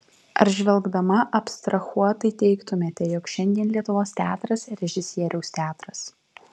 ar žvelgdama abstrahuotai teigtumėte jog šiandien lietuvos teatras režisieriaus teatras